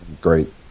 great